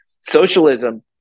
Socialism